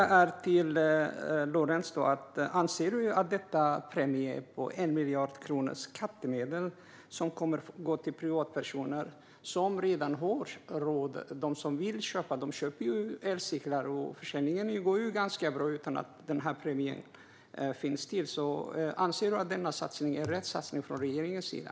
Min fråga till Lorentz är: Anser du att denna premie på 1 miljard kronor från skattemedel som kommer att gå till privatpersoner som redan har råd - de som vill köpa elcyklar gör ju det, och försäljningen går ganska bra utan att den här premien finns - är rätt satsning från regeringens sida?